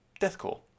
deathcore